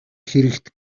хэрэгт